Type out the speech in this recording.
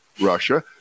Russia